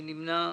מי נמנע?